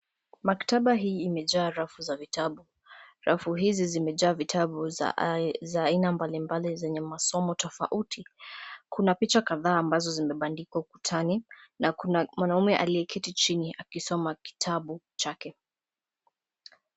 Maktaba hii imejaa rafu za vitabu. Rafu hizi zimejaa vitabu za aina mbalimbali zenye masomo tofauti. Kuna picha kadhaa ambazo zimebandikwa ukutani na kuna mwanaume aliyeketi chini akisoma kitabu chake.